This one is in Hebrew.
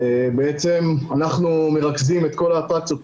אנחנו מרכזים את כל האטרקציות,